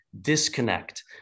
disconnect